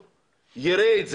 ושהציבור יראה את זה.